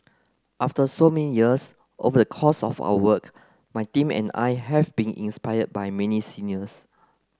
after so many years over the course of our work my team and I have been inspired by many seniors